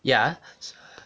ya